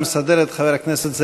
חברי הכנסת, אני מחדש את הישיבה.